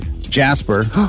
Jasper